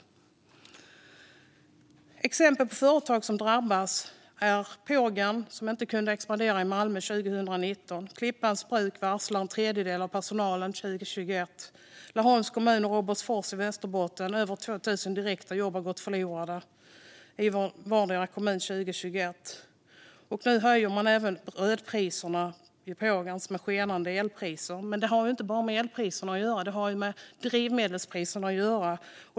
Exempel på företag som har drabbats är Pågen, som inte kunde expandera i Malmö 2019, och Klippans Bruk, som varslar en tredjedel av personalen 2021. I vardera Laholms kommun och Robertsfors kommun i Västerbotten har över 2 000 jobb gått förlorade 2021. Nu höjer man även brödpriserna i Pågen med skenande elpriser. Men det här har inte bara med elpriserna utan även med drivmedelspriserna att göra.